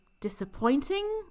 disappointing